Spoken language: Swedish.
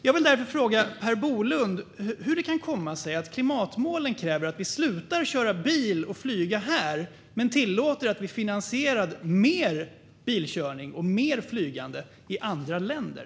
Jag vill därför fråga Per Bolund hur det kan komma sig att klimatmålen kräver att vi slutar att köra bil och flyga här men tillåter att vi finansierar mer bilkörning och mer flygande i andra länder.